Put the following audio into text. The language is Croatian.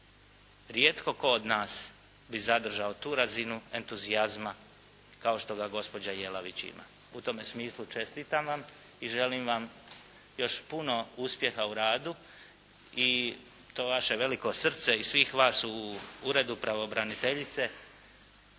Rijetko tko od nas bi zadržao tu razinu entuzijazma kao što ga gospođa Jelavić ima. U tome smislu, čestitam vam i želim vam još puno uspjeha u radu i to vaše veliko srce i svih vas u uredu pravobraniteljice